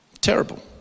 Terrible